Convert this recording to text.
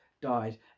died